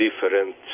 different